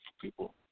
people